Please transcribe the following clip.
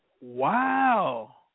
wow